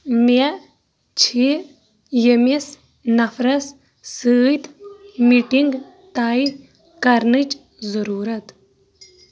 مے چِھ ییٚمِس نَفرس سۭتۍ مِٹِنٛگ طَے کرنٕچ ضٔروٗرت